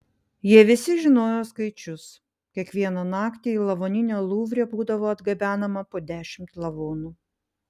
jie visi žinojo skaičius kiekvieną naktį į lavoninę luvre būdavo atgabenama po dešimt lavonų